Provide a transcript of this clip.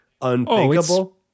unthinkable